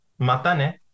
matane